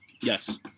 Yes